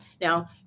now